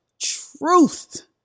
truth